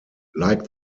like